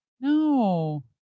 No